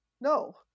no